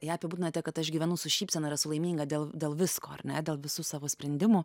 ją apibūdinate kad aš gyvenu su šypsena ir esu laiminga dėl dėl visko ar ne dėl visų savo sprendimų